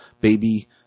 baby